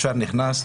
ישר נכנס,